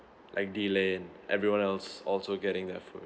like delaying everyone else also getting their food